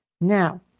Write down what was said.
Now